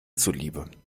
zuliebe